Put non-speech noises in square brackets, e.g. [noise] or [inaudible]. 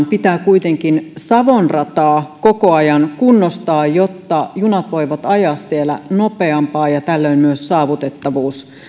[unintelligible] pitää kuitenkin savon rataa koko ajan kunnostaa jotta junat voivat ajaa siellä nopeampaa jolloin myös saavutettavuus